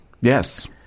Yes